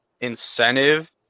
incentive